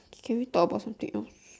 can we talk about something else